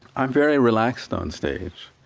i'm very relaxed on stage.